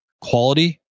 quality